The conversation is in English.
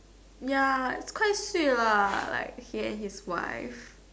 ya it's quite sick lah like he and his wife